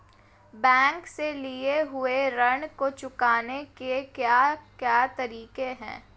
Bank से लिए हुए ऋण को चुकाने के क्या क्या तरीके हैं?